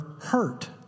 hurt